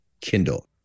Kindle